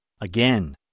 Again